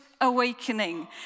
Awakening